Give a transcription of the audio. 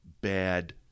bad